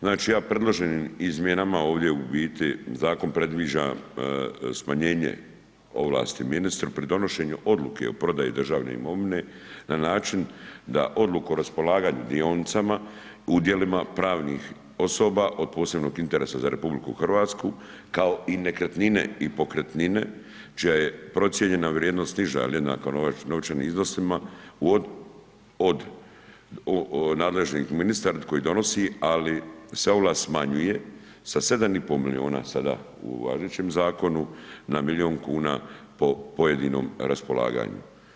Znači ja predlažem izmjenama ovdje u biti, zakon predviđa smanjenje ovlasti ministra, pri donošenju odluke o prodaji državne imovine, na način, da odluku o raspolaganju dionicama, udjelima, pravnim osoba, od posebnog interesa za RH, kao i nekretnine i pokretnine, čija je procijenjena vrijednost niža ili jednaka novčanim iznosima od nadležnih ministara koje donosi, ali se ovlast smanjuje sa 7,5 milijuna sada u važećem zakonu na milijun kuna, po pojedinom raspolaganju.